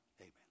Amen